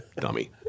Dummy